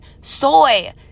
soy